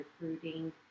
recruiting